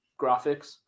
graphics